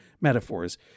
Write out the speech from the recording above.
metaphors